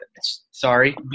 sorry